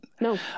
No